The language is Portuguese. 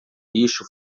lixo